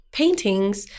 paintings